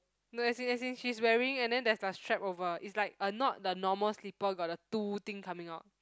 no as in as in she's wearing and then there's like strap over is like uh not the normal slipper got the two thing coming out